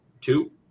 two